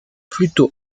plutôt